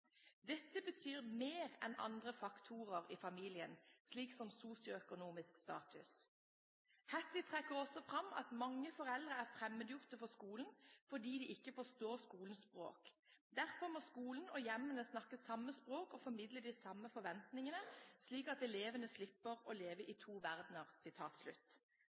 Dette betyr mye mer enn andre faktorer i familien, slik som sosioøkonomisk status. Hattie trekker også frem at mange foreldre er fremmedgjorte for skolen fordi de ikke forstår skolens språk. Derfor må skolen og hjemmene snakke samme språk og formidle de samme forventningene; slik at elevene slipper å leve i to verdener.»